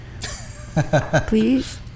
Please